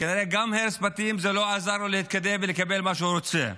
כנראה גם הרס בתים לא עזר לו להתקדם ולקבל את מה שהוא רוצה,